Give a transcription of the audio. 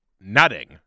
Nutting